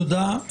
תודה.